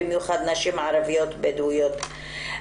במיוחד נשים ערביות בדואיות.